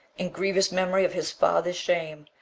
in grievous memory of his father's shame,